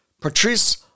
Patrice